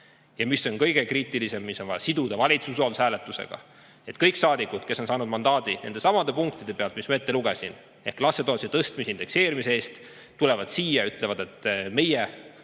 Ja mis on kõige kriitilisem, mis on vaja siduda valitsuse usaldushääletusega. Et kõik saadikud, kes on saanud mandaadi nendesamade punktide pealt, mis ma ette lugesin, ehk lastetoetuse tõstmise ja indekseerimise eest, tulevad siia ja ütlevad, et meie